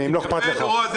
אדוני היושב-ראש.